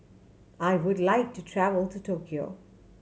I would like to travel to Tokyo